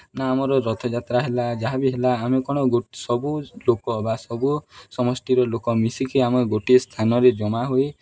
ନା ଆମର ରଥଯାତ୍ରା ହେଲା ଯାହା ବିି ହେଲା ଆମେ କ'ଣ ସବୁ ଲୋକ ବା ସବୁ ସମଷ୍ଠୀର ଲୋକ ମିଶିକି ଆମେ ଗୋଟିଏ ସ୍ଥାନରେ ଜମା ହୋଇ